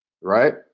right